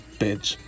bitch